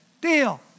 Deal